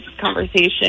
conversation